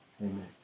Amen